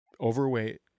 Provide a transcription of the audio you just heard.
overweight